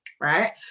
right